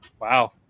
Wow